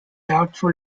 doubtful